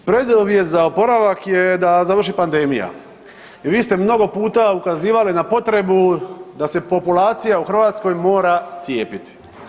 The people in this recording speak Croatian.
Preduvjet za oporavak je da završi pandemija i vi ste mnogo puta ukazivali na potrebu da se populacija u Hrvatskoj mora cijepiti.